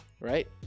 Right